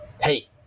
hey